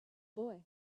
boy